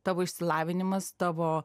tavo išsilavinimas tavo